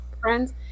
friends